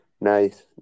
Nice